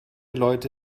leute